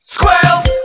Squirrels